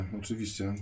oczywiście